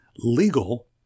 legal